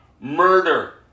Murder